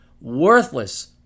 worthless